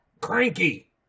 Cranky